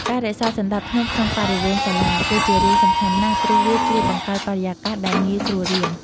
ការរក្សាសណ្ដាប់ធ្នាប់ក្នុងបរិវេណសាលា គឺជារឿងសំខាន់ណាស់ ព្រោះវាជួយបង្កើតបរិយាកាសដែលងាយស្រួលរៀន។